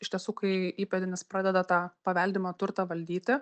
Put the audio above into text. iš tiesų kai įpėdinis pradeda tą paveldimą turtą valdyti